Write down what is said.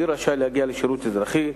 מי רשאי להגיע לשירות אזרחי,